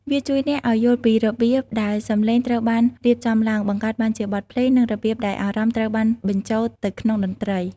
វាជួយអ្នកឱ្យយល់ពីរបៀបដែលសំឡេងត្រូវបានរៀបចំឡើង បង្កើតជាបទភ្លេង និងរបៀបដែលអារម្មណ៍ត្រូវបានបញ្ចូលទៅក្នុងតន្ត្រី។